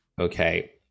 okay